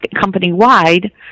company-wide